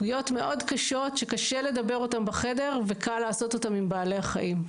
פגיעות מאוד קשות שקשה לדבר אותן בחדר וקל לעשות אותן עם בעלי החיים.